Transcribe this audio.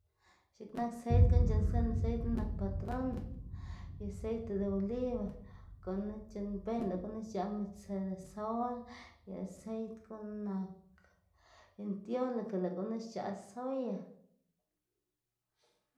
X̱iꞌk nak seit guꞌn c̲h̲uꞌnnstsiꞌnná seit knu nak patrona y seite de oliva gunu c̲h̲uꞌnnbeyná lëꞌ gunu xc̲h̲aꞌ midz sedezol y seit guꞌn nak lëꞌ gunu xc̲h̲aꞌ soya.